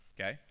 okay